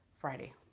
Friday